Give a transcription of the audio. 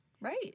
Right